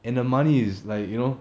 and the money is like you know